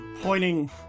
pointing